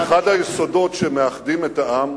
אחד היסודות שמאחדים את העם,